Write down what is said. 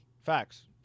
Facts